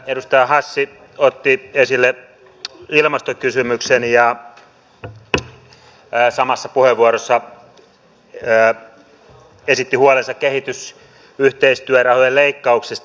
edustaja hassi otti esille ilmastokysymyksen ja samassa puheenvuorossa esitti huolensa kehitysyhteistyörahojen leikkauksista